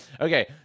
Okay